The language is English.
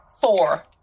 Four